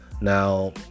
now